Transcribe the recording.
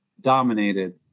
dominated